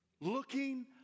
Looking